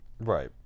Right